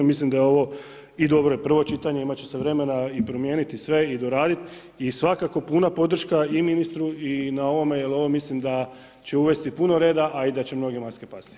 Mislim da je ovo i dobro i prvo čitanje, imat će se vremena i promijeniti sve i doraditi i svakako puna podrška i ministru na ovome jer ovo mislim da će uvesti puno reda, a i da će mnoge maske pasti.